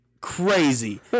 crazy